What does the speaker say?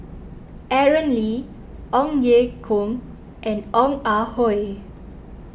Aaron Lee Ong Ye Kung and Ong Ah Hoi